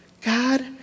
God